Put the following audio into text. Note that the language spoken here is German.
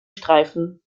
streifen